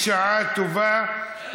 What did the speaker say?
בשעה טובה,